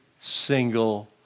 single